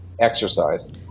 exercise